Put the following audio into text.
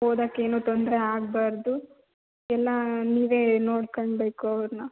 ಓದಕ್ಕೇನೂ ತೊಂದರೆ ಆಗಬಾರದು ಎಲ್ಲ ನೀವೇ ನೋಡ್ಕೊಂಡ್ಬೇಕು ಅವರನ್ನ